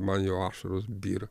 man jau ašaros byra